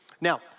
Now